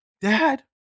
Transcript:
Dad